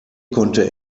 konnte